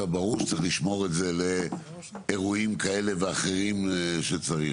ברור שצריך לשמור את זה לאירועים כאלה ואחרים שצריך.